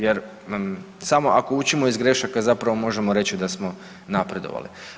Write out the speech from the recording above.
Jer samo ako učimo iz grešaka zapravo možemo reći da smo napredovali.